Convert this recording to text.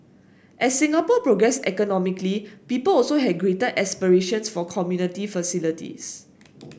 as Singapore progressed economically people also had greater aspirations for community facilities